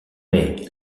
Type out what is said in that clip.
may